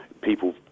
people